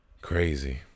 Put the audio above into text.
Crazy